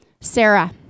Sarah